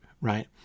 right